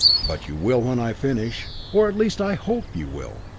but you will when i finish or, at least, i hope you will.